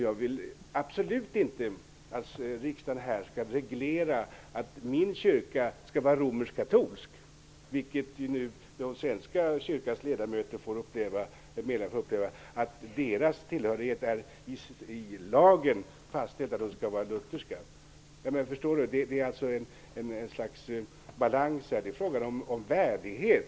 Jag vill absolut inte att riksdagen skall reglera om man skall tillhöra den romerskkatolska kyrkan. Den svenska kyrkans medlemmar får nu uppleva att det är fastställt i lagen att deras tillhörighet skall vara den lutherska. Det är fråga om balans här och i grunden om en värdighet.